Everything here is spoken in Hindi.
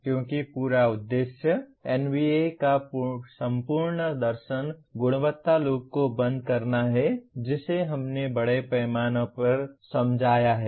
क्योंकि पूरा उद्देश्य NBA का संपूर्ण दर्शन गुणवत्ता लूप को बंद करना है जिसे हमने बड़े पैमाने पर समझाया है